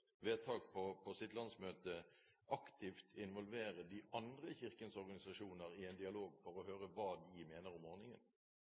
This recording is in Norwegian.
vedtak på sitt landsmøte – aktivt involvere de andre i Kirkens organisasjoner i en dialog for å